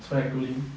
so I told him